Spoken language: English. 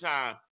Time